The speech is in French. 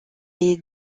est